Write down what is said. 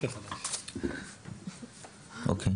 אוקיי.